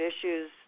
issues